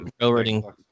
railroading